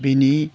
बेनि